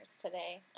today